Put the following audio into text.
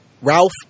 Ralph